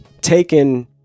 taken